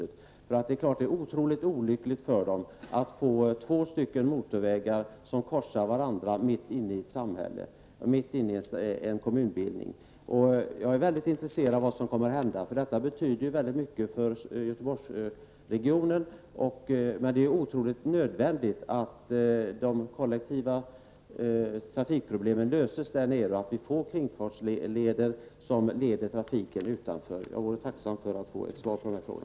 Det är naturligtvis väldigt olyckligt att få två motorvägar som korsar varandra mitt inne i ett samhälle, mitt inne i en kommunbildning. Jag är väldigt intresserad av vad som kommer att hända. Detta betyder väldigt mycket för Göteborgsregionen, men det är helt nödvändigt att de kollektiva trafikproblemen löses i området och att vi får kringfartsleder som leder trafiken utanför. Jag vore tacksam för ett svar på denna fråga.